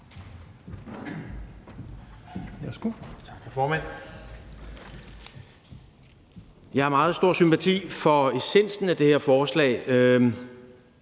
Jeg har meget stor sympati for essensen af det her forslag.